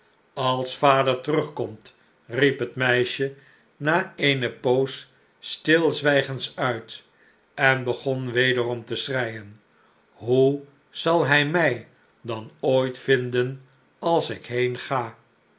als vader terugkomt riep het meisje na eene poos stilzwijgens uit en begon wederom te schreien hoe zal hij mij dan ooit vinden als ik heenga